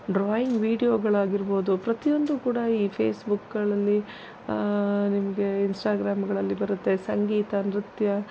drawing ವೀಡ್ಯೋಗಳಾಗಿರ್ಬೋದು ಪ್ರತಿಯೊಂದು ಕೂಡ ಈ ಫೇಸ್ಬುಕ್ಗಳಲ್ಲಿ ನಿಮಗೆ ಇನ್ಸ್ಟಾಗ್ರಾಮ್ಗಳಲ್ಲಿ ಬರುತ್ತೆ ಸಂಗೀತ ನೃತ್ಯ